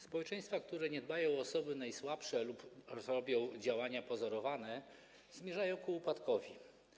Społeczeństwa, które nie dbają o osoby najsłabsze lub podejmują działania pozorowane, zmierzają ku upadkowi.